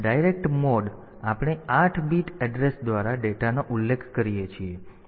direct mode આપણે 8 bit address દ્વારા ડેટાનો ઉલ્લેખ કરીએ છીએ